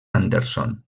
anderson